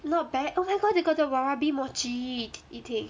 not bad oh my god they got the warabi mochi yi ting